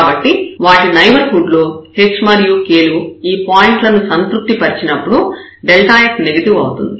కాబట్టి వాటి నైబర్హుడ్ లో h మరియు k లు ఈ పాయింట్ లను సంతృప్తిపరచినప్పుడు f నెగెటివ్ అవుతుంది